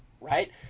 right